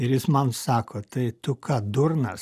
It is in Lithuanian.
ir jis man sako tai tu ką durnas